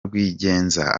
rwigenza